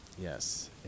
yes